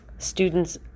Students